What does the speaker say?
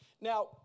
Now